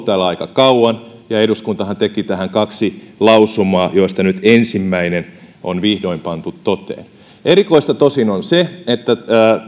täällä aika kauan ja eduskuntahan teki tähän kaksi lausumaa joista nyt ensimmäinen on vihdoin pantu toteen erikoista tosin on se että